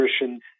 nutrition